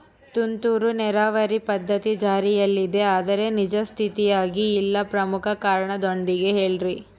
ತುಂತುರು ನೇರಾವರಿ ಪದ್ಧತಿ ಜಾರಿಯಲ್ಲಿದೆ ಆದರೆ ನಿಜ ಸ್ಥಿತಿಯಾಗ ಇಲ್ಲ ಪ್ರಮುಖ ಕಾರಣದೊಂದಿಗೆ ಹೇಳ್ರಿ?